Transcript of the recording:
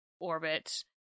orbit